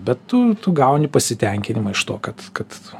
bet tu gauni pasitenkinimą iš to kad kad